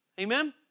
Amen